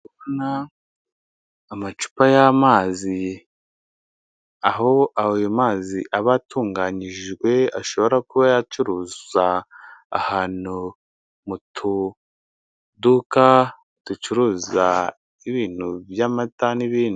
Ndabona amacupa y'amazi, aho ayo mazi aba atunganijwe ashobora kuba yacuruza ahantu mu tuduka ducuruza ibintu by'amata n'ibindi.